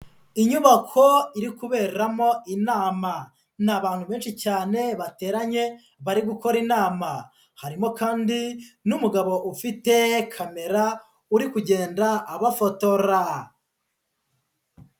Inyubako iri kuberamo inama ni abantu benshi cyane bateranye bari gukora inama, harimo kandi n'umugabo ufite kamera uri kugenda abafotora.